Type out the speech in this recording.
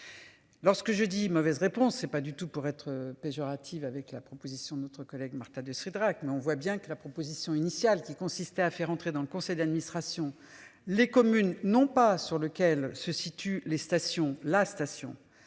Lorsque je dis mauvaise réponse c'est pas du tout pour être péjorative avec la proposition notre collègue Marta de Cidrac mais on voit bien que la proposition initiale qui consistait à faire entrer dans le conseil d'administration. Les communes non pas sur lequel se situent les stations, la station